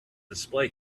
display